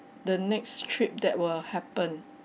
the next trip that will happen